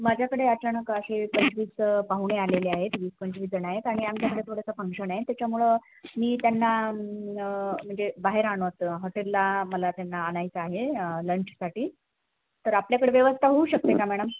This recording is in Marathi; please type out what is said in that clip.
माझ्याकडे अचानक असे पंचवीस पाहुणे आलेले आहेत वीस पंचवीसजण आहेत आणि आमच्याकडे थोडंसं फंक्शण आहे त्याच्यामुळं मी त्यांना म्हणजे बाहेर आणत हॉटेलला मला त्यांना आणायचं आहे लंचसाठी तर आपल्याकडे व्यवस्था होऊ शकते का मॅडम